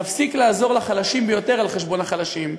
נפסיק לעזור לחלשים ביותר על חשבון החלשים?